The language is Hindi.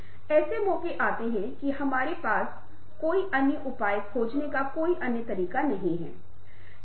और हम इसके लिए सहमत हैं कि आपको अलग से इसका पता लगाने की आवश्यकता है